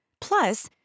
Plus